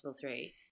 three